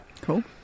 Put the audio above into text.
cool